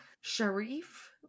Sharif